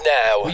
now